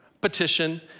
petition